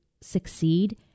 succeed